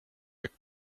jak